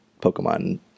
Pokemon